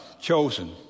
chosen